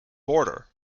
border